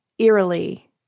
eerily